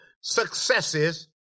successes